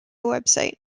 website